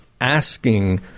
asking